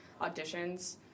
auditions